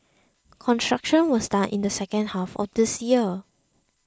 construction will start in the second half of this year